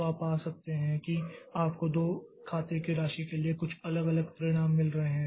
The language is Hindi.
तो आप पा सकते हैं कि आपको दो खाते की राशि के लिए कुछ अलग अलग परिणाम मिल रहे हैं